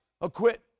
acquit